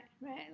right